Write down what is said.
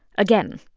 again,